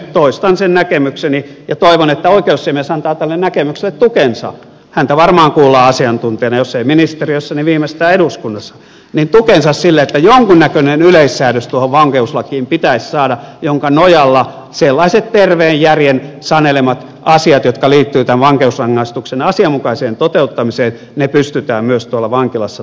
toistan sen näkemykseni ja toivon että oikeusasiamies antaa tälle näkemykselle tukensa häntä varmaan kuullaan asiantuntijana jos ei ministeriössä niin viimeistään eduskunnassa että tuohon vankeuslakiin pitäisi saada jonkinnäköinen yleissäädös jonka nojalla sellaiset terveen järjen sanelemat asiat jotka liittyvät tämän vankeusrangaistuksen asianmukaiseen toteuttamiseen pystytään myös tuolla vankilassa toteuttamaan